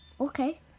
okay